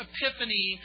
Epiphany